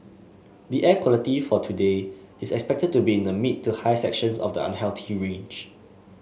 the air quality for today is expected to be in the mid to high sections of the unhealthy range